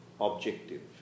objective